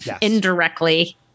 indirectly